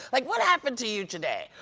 like, what happened to you today?